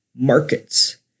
Markets